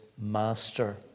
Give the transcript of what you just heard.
master